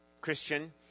Christian